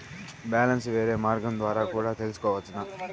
Balance వేరే మార్గం ద్వారా కూడా తెలుసుకొనొచ్చా?